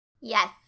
Yes